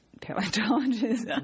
paleontologists